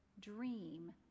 dream